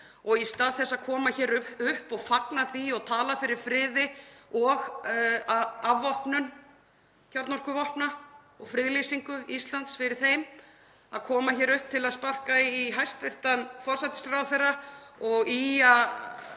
Í stað þess að koma hér upp og fagna því og tala fyrir friði og afvopnun kjarnorkuvopna og friðlýsingu Íslands fyrir þeim, kemur hann upp til að sparka í hæstv. forsætisráðherra og ýjar